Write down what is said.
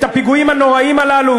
את הפיגועים הנוראים הללו?